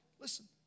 listen